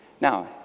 Now